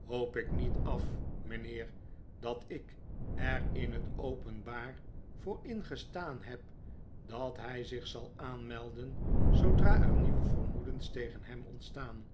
hoop ik niet af mynheer dat ik er in het openbaar voor ingestaan heb dat hy zich zal aanmelden zoodra er nieuwe vermoedens tegen hem ontstaan